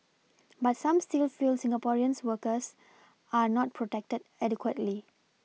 but some still feel Singaporeans workers are not protected adequately